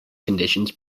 conditions